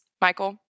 Michael